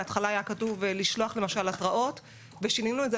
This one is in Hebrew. בהתחלה היה כתוב למשל לשלוח התראות ושינינו את זה